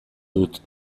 dut